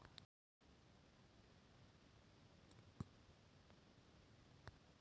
फसल को मंडी तक ले जाने के लिए किस परिवहन का उपयोग करें?